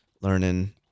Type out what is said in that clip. learning